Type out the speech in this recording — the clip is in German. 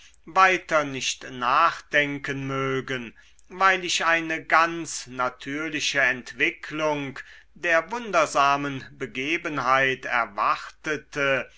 weiter nicht nachdenken mögen weil ich eine ganz natürliche entwickelung der wundersamen begebenheiten erwartete